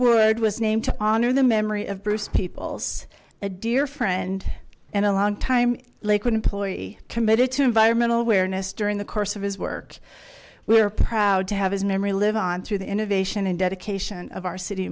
word was named to honor the memory of bruce peoples a dear friend and a longtime lakewood employee committed to environmental awareness during the course of his work we are proud to have his memory live on through the innovation and dedication of our city